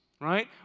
right